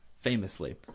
famously